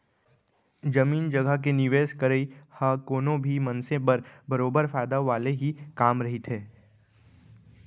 जमीन जघा के निवेस करई ह कोनो भी मनसे बर बरोबर फायदा वाले ही काम रहिथे